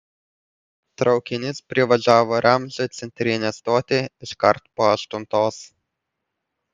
traukinys privažiavo ramzio centrinę stotį iškart po aštuntos